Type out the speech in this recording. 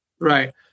right